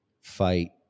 fight